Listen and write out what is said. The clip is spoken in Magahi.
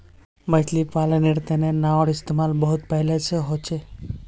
मछली पालानेर तने नाओर इस्तेमाल बहुत पहले से होचे